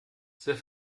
sehr